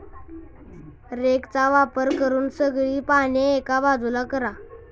रेकचा वापर करून सगळी पाने एका बाजूला करा